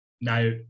Now